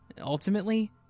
Ultimately